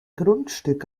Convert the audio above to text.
grundstück